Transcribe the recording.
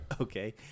okay